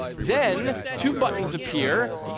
then, two buttons appear,